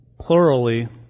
plurally